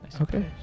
Okay